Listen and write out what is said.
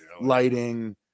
lighting